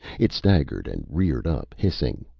it staggered and reared up, hissing,